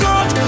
God